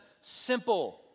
simple